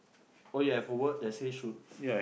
oh ya I've a word that say shoot